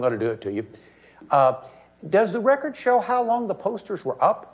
going to do it to you does the record show how long the posters were up